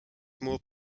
more